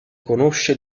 conosce